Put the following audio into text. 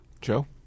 Joe